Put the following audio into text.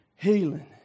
healing